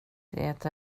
det